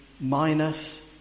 minus